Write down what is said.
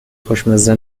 خوشمزه